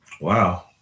Wow